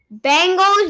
Bengals